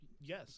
Yes